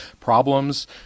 problems